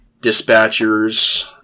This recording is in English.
dispatchers